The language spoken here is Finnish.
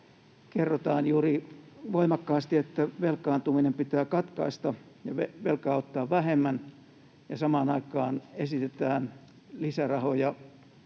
kerrotaan voimakkaasti, että velkaantuminen pitää katkaista ja velkaa ottaa vähemmän, ja samaan aikaan esitetään lisärahoja